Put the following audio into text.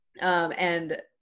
and-